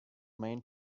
main